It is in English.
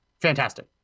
Fantastic